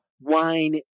wine